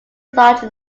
large